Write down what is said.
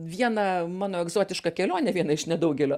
vieną mano egzotišką kelionę vieną iš nedaugelio